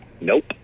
Nope